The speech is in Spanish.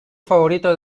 favorito